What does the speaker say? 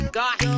got